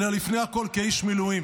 אלא לפני הכול כאיש מילואים,